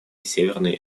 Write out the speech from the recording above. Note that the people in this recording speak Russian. северной